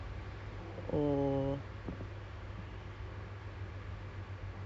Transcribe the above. um you engage first then after the engage we set the date right then